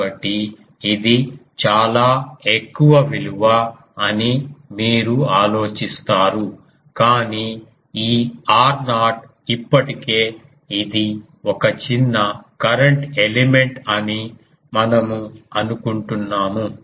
కాబట్టి ఇది చాలా ఎక్కువ విలువ అని మీరు ఆలోచిస్తారు కాని ఈ r0 ఇప్పటికే ఇది ఒక చిన్న కరెంట్ ఎలిమెంట్ అని మనము అనుకున్నాము